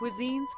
cuisines